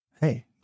hey